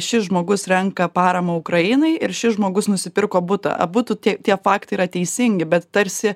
šis žmogus renka paramą ukrainai ir šis žmogus nusipirko butą abudu tie tie faktai yra teisingi bet tarsi